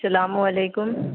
سلام علیکم